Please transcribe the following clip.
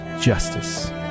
justice